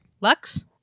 Lux